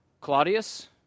Claudius